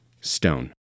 stone